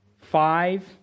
five